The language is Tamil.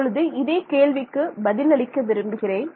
இப்பொழுது இதே கேள்விக்கு பதில் அளிக்க விரும்புகிறேன்